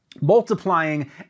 multiplying